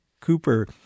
Cooper